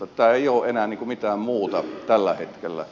tämä ei ole enää mitään muuta tällä hetkellä